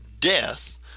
death